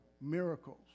miracles